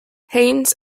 haynes